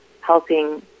helping